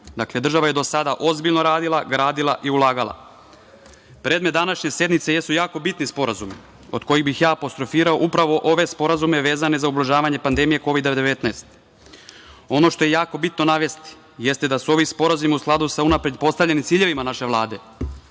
Država je do sada ozbiljno radila, gradila i ulagala. Predmet današnje sednice jesu jako bitni sporazumi, od kojih bih ja apostrofirao upravo ove sporazume vezane za ublažavanje pandemije Kovida 19. Ono što je jako bitno navesti jeste da su ovi sporazumi u skladu sa unapred postavljenim ciljevima naše Vlade,